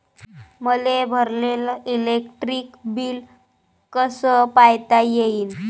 मले भरलेल electric bill कस पायता येईन?